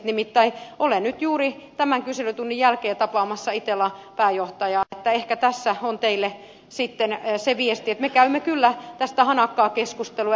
nimittäin olen nyt juuri tämän kyselytunnin jälkeen tapaamassa itellan pääjohtajaa että ehkä tässä on teille sitten se viesti että me käymme kyllä tästä hanakkaa keskustelua